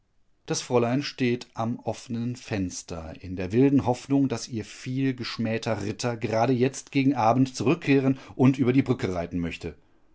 das fräulein steht am offenen fenster in der wilden hoffnung daß ihr vielgeschmähter ritter gerade jetzt gegen abend zurückkehren und über die brücke reiten möchte